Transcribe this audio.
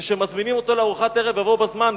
וכשמזמינים אותו לארוחת ערב יבוא בזמן,